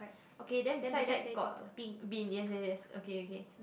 okay then beside that got bin yes yes yes okay okay